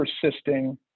persisting